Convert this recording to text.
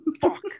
Fuck